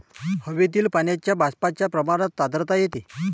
हवेतील पाण्याच्या बाष्पाच्या प्रमाणात आर्द्रता येते